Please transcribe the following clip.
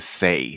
say